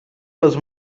les